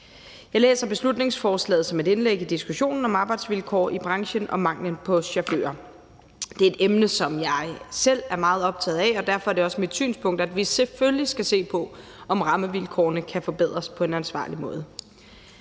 Jeg læser beslutningsforslaget som et indlæg i diskussionen om arbejdsvilkår i branchen og manglen på chauffører. Det er et emne, som jeg selv er meget optaget af, og derfor er det også mit synspunkt, at vi selvfølgelig skal se på, om rammevilkårene kan forbedres på en ansvarlig måde.